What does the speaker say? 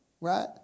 right